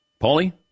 Paulie